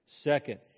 Second